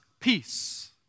peace